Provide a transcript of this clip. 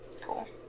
Cool